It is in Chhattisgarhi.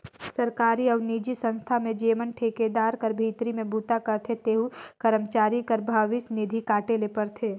सरकारी अउ निजी संस्था में जेमन ठिकादार कर भीतरी में बूता करथे तेहू करमचारी कर भविस निधि काटे ले परथे